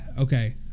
Okay